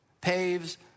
paves